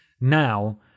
now